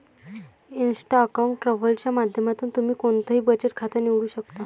Insta account travel च्या माध्यमातून तुम्ही कोणतंही बचत खातं निवडू शकता